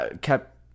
kept